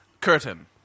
Curtain